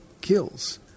kills